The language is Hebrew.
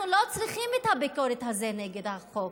אנחנו לא צריכים את הביקורת הזאת נגד החוק.